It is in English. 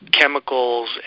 chemicals